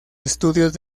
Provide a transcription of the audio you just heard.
estudios